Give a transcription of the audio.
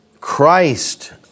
Christ